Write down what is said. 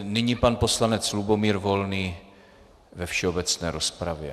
Nyní pan poslanec Lubomír Volný ve všeobecné rozpravě.